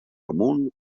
amunt